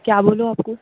کیا بولوں آپ کو